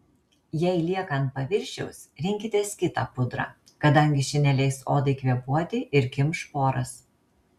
jei lieka ant paviršiaus rinkitės kitą pudrą kadangi ši neleis odai kvėpuoti ir kimš poras